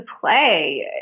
play